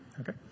Okay